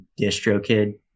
Distrokid